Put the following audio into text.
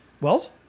Wells